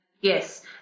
Yes